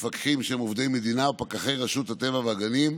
מפקחים שהם עובדי המדינה ופקחי רשות הטבע והגנים,